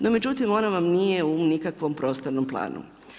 No međutim, ona vam nije u nikakvom prostornom planu.